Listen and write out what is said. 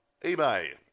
eBay